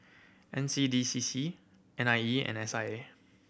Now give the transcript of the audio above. N C D C C N I E and S I A